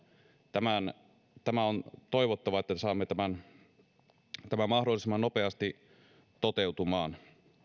tämä on tämä on toivottavaa että saamme tämän mahdollisimman nopeasti toteutumaan